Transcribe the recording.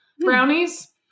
brownies